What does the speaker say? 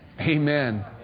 Amen